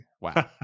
Wow